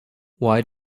why